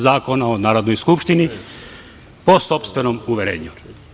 Zakona o Narodnoj skupštini po sopstvenom uverenju.